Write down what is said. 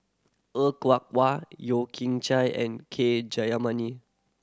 Er Kwong Wah Yeo King Chai and K Jayamani